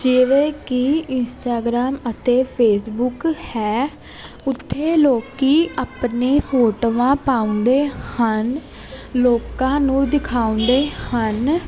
ਜਿਵੇਂ ਕਿ ਇਸਟਾਗ੍ਰਾਮ ਅਤੇ ਫੇਸਬੁੱਕ ਹੈ ਉੱਥੇ ਲੋਕ ਆਪਣੀਆਂ ਫੋਟੋਆਂ ਪਾਉਂਦੇ ਹਨ ਲੋਕਾਂ ਨੂੰ ਦਿਖਾਉਂਦੇ ਹਨ